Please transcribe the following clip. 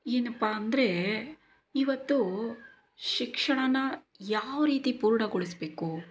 ಏನಪ್ಪ ಅಂದರೆ ಇವತ್ತು ಶಿಕ್ಷಣಾನ ಯಾವ ರೀತಿ ಪೂರ್ಣಗೊಳಿಸಬೇಕು